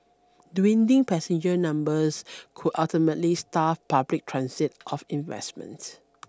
dwindling passenger numbers could ultimately starve public transit of investment